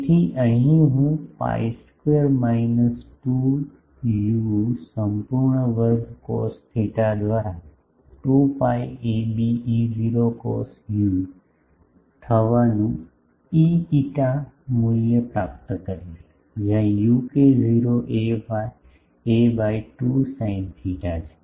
તેથી અહીં હું પાઇ સ્ક્વેર માઈનસ 2 યુ સંપૂર્ણ વર્ગ કોસ થેટા દ્વારા 2 pi a b E0 cos u થવાનું Eφ મૂલ્ય પ્રાપ્ત કરીશ જ્યાં u k0 a by 2 sin theta છે